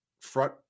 front